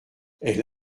elle